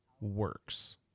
works